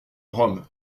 rome